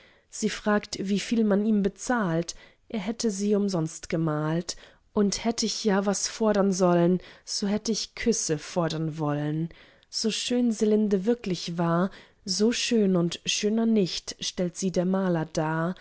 sie fragt wieviel man ihm bezahlt ich hätte sie umsonst gemalt und hätt ich ja was fordern sollen so hätt ich küsse fordern wollen so schön selinde wirklich war so schön und schöner nicht stellt sie der maler dar